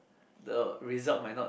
the result might not